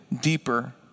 deeper